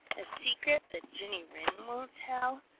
a secret that jenny wren won't tell?